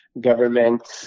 government